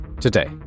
Today